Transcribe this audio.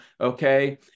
okay